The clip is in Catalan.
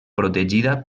protegida